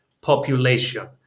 population